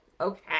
Okay